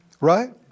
Right